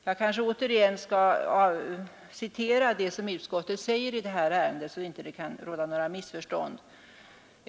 Jag vill återigen citera vad utskottet säger i detta ärende så att det inte kan råda några missförstånd.